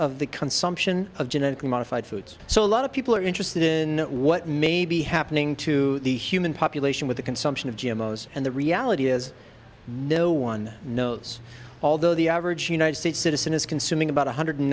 of the consumption of genetically modified foods so a lot of people are interested in what may be happening to the human population with the consumption of jim and the reality is no one knows although the average united states citizen is consuming about one hundred